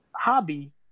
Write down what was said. hobby